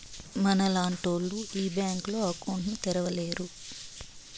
మనలాంటోళ్లు ఈ బ్యాంకులో అకౌంట్ ను తెరవలేరు